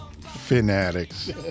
Fanatics